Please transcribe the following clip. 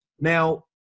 Now